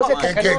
הם יודעים.